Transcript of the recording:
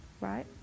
right